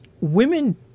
women